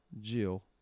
Jill